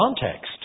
context